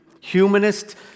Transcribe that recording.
humanist